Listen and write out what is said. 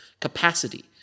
capacity